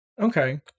Okay